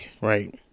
right